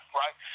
right